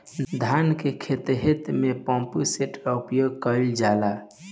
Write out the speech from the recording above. धान के ख़हेते में पम्पसेट का उपयोग कइल जाला?